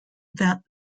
that